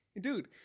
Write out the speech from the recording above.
Dude